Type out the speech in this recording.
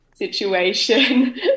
situation